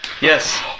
Yes